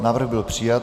Návrh byl přijat.